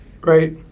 Great